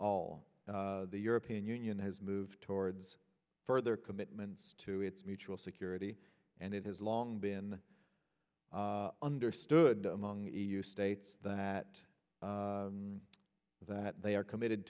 all the european union has moved towards further commitments to its mutual security and it has long been understood among e u states that that they are committed